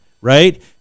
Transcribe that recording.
right